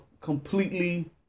completely